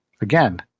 Again